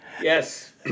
Yes